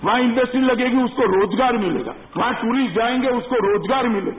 वहां इंडस्ट्री लगेगी उसको रोजगार मिलेगा वहां टूरिस्ट जाएंगे उसको रोजगार मिलेगा